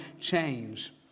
change